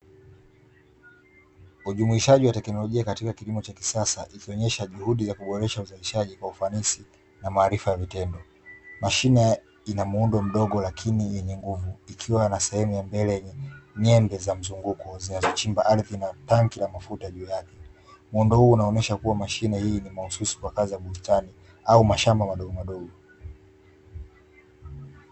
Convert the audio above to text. Ujumuishaji wa technolojia katika kiimo cha kisasa ikionyesha juhudi ya kuboresha uzalishaji kwa ufanisi na maarifa ya vitendo. Mashine ina muundo mdogo lakini yenye nguvu ikiwa na sehemu ya mbele yenye nyembe za mzunguko zinazochimba ardhi na tanki la mafuta juu yake, muundo huo unaonyesha kuwa mashine hii ni mahususi kwa kazi ya bustani au mashamba madogomadogo.